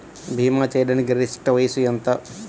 భీమా చేయాటానికి గరిష్ట వయస్సు ఎంత?